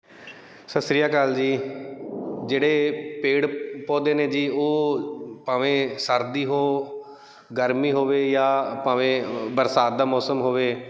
ਸਤਿ ਸ਼੍ਰੀ ਅਕਾਲ ਜੀ ਜਿਹੜੇ ਪੇੜ ਪੌਦੇ ਨੇ ਜੀ ਉਹ ਭਾਵੇਂ ਸਰਦੀ ਹੋਵੇ ਗਰਮੀ ਹੋਵੇ ਜਾਂ ਭਾਵੇਂ ਬਰਸਾਤ ਦਾ ਮੌਸਮ ਹੋਵੇ